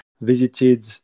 visited